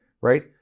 right